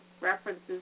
references